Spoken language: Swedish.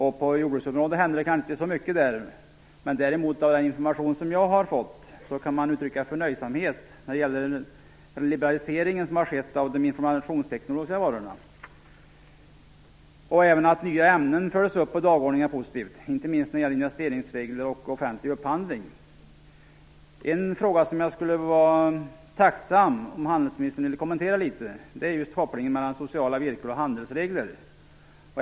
På jordbruksområdet hände det inte så mycket där. Men av den information som jag har fått kan man uttrycka förnöjsamhet när det gäller den liberalisering som har skett av de informationstekniska varorna. Det är även positivt att nya ämnen fördes upp på dagordningen, inte minst när det gäller investeringsregler och offentlig upphandling. En fråga som jag skulle vara tacksam om handelsministern ville kommentera, är just kopplingen mellan sociala villkor och handelsregler.